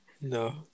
No